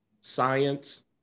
Science